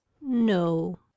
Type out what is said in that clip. No